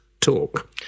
talk